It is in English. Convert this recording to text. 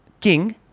king